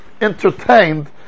Entertained